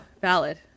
Valid